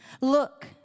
Look